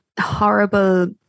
horrible